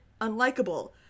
unlikable